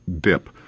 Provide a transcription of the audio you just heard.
dip